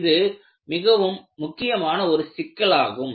இது மிகவும் முக்கியமான ஒரு சிக்கலாகும்